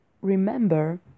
remember